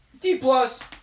D-plus